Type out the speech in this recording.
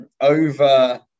over